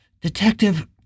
Detective